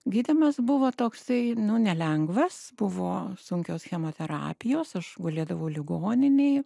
gydymas buvo toksai nelengvas buvo sunkios chemoterapijos aš gulėdavau ligoninėj